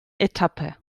etappe